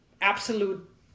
absolute